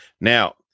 Now